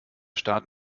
staat